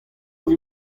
evit